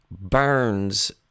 burns